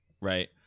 Right